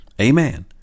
amen